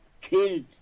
killed